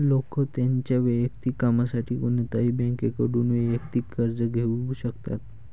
लोक त्यांच्या वैयक्तिक कामासाठी कोणत्याही बँकेकडून वैयक्तिक कर्ज घेऊ शकतात